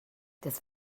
des